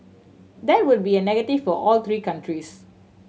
that would be a negative for all three countries